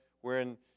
wherein